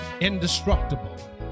indestructible